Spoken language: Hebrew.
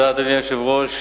אדוני היושב-ראש,